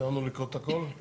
סיימנו לקרוא את הכל?